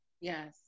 Yes